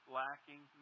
lacking